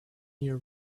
year